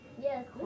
Yes